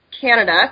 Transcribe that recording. Canada